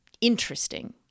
interesting